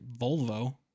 Volvo